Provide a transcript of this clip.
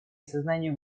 осознания